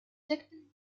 detecting